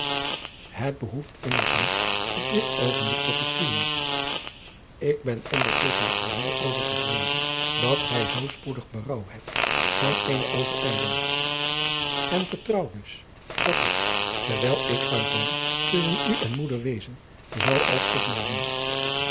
het behoest immers niet op dit oogenblik te geschieden ik ben ondertusschen er wel over te vreden dat gij zoo spoedig berouw hebt van eene overijling en vertrouw dus dat het terwijl ik uit ben tusschen u en moeder wezen zal als